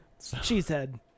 Cheesehead